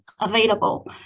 available